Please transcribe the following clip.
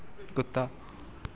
ਕੁੱਤਾ